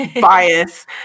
bias